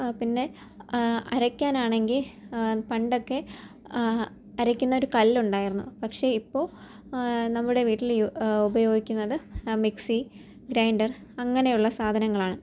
പിന്നെ അരയ്ക്കാനാണെങ്കില് പണ്ടൊക്കെ അരയ്ക്കുന്ന ഒരു കല്ലുണ്ടായിരുന്നു പക്ഷെ ഇപ്പോള് നമ്മളുടെ വീട്ടില് ഉപയോഗിക്കുന്നത് മിക്സി ഗ്രൈന്ഡർ അങ്ങനെയുള്ള സാധനങ്ങളാണ്